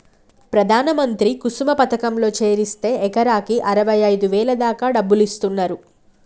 ప్రధాన మంత్రి కుసుమ పథకంలో చేరిస్తే ఎకరాకి అరవైఐదు వేల దాకా డబ్బులిస్తున్నరు